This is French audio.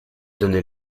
donnait